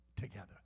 together